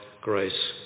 grace